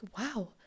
wow